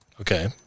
Okay